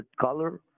color